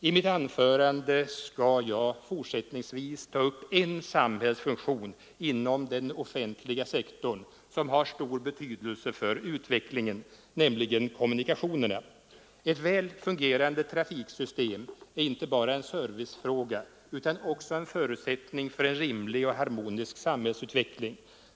I mitt anförande skall jag fortsättningsvis ta upp en samhällsfunktion inom den offentliga sektorn som har stor betydelse för utvecklingen, nämligen kommunikationerna. Ett väl fungerande trafiksystem är inte bara en servicefråga utan också en förutsättning för rimlig och harmonisk samhällsutveckling.